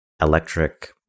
electric